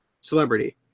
Celebrity